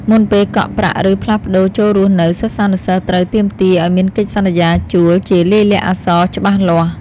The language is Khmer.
មុនពេលកក់ប្រាក់ឬផ្លាស់ប្តូរចូលរស់នៅសិស្សានុសិស្សត្រូវទាមទារឱ្យមានកិច្ចសន្យាជួលជាលាយលក្ខណ៍អក្សរច្បាស់លាស់។